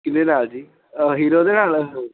ਕੀਹਦੇ ਨਾਲ ਜੀ ਹੀਰੋ ਦੇ ਨਾਲ